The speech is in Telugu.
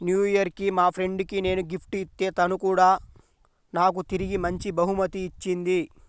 న్యూ ఇయర్ కి మా ఫ్రెండ్ కి నేను గిఫ్ట్ ఇత్తే తను కూడా నాకు తిరిగి మంచి బహుమతి ఇచ్చింది